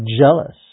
jealous